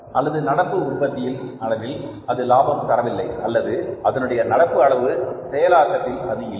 அல்லது நடப்பு உற்பத்தியில்அளவில் அது லாபம் தரவில்லை அல்லது அதனுடைய நடப்பு அளவு செயலாக்கத்தில் அது இல்லை